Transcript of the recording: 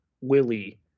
Willie